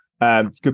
good